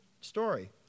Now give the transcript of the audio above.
story